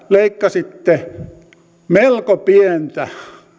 leikkasitte melko pientä